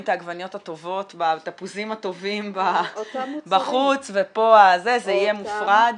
את העגבניות הטובות והתפוזים הטובים בחוץ ופה ה- -- זה יהיה מופרד?